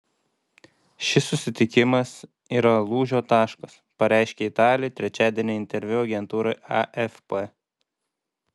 šis susitikimas yra lūžio taškas pareiškė italė trečiadienį interviu agentūrai afp